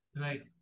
right